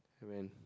I went